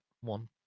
one